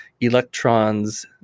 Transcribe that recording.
electrons